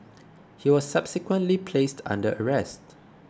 he was subsequently placed under arrest